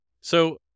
So-